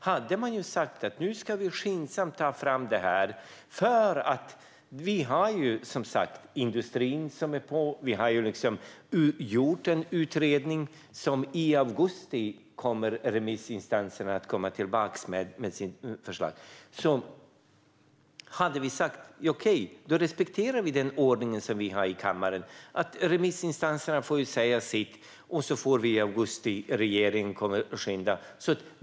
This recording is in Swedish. Hade man sagt att vi nu skyndsamt ska ta fram detta för att industrin är på - och det har gjorts en utredning och i augusti kommer remissinstanserna att återkomma med sina svar - då hade vi sagt att vi respekterar den ordning som vi har i kammaren. Remissinstanserna får säga sitt, och sedan får regeringen komma med sitt förslag.